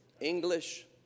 English